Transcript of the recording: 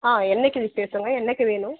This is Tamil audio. ஆ என்றைக்கி விசேஷங்க என்றைக்கி வேணும்